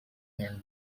and